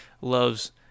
loves